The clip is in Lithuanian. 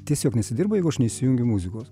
tiesiog nesidirba jeigu aš nesijungiu muzikos